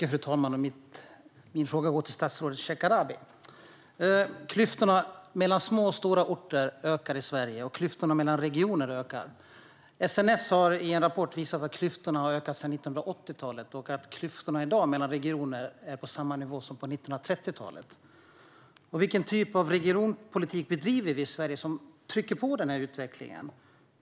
Fru talman! Min fråga går till statsrådet Shekarabi. Klyftorna mellan små och stora orter ökar i Sverige. Också klyftorna mellan regioner ökar. SNS har i en rapport visat att klyftorna har ökat sedan 1980-talet. Klyftorna mellan regioner ligger i dag på samma nivå som på 1930-talet. Vilken typ av regionpolitik bedriver vi i Sverige som trycker på den här utvecklingen?